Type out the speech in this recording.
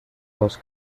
dos